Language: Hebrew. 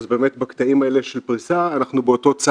אז באמת בקטעים האלה של פריסה אנחנו באותו צד,